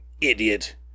idiot